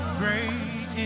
great